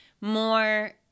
more